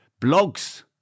blogs